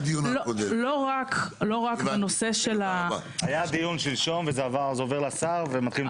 היה דיון שלשום וזה עובר לשר ומתחילים.